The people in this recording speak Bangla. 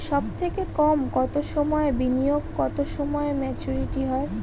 সবথেকে কম কতো সময়ের বিনিয়োগে কতো সময়ে মেচুরিটি হয়?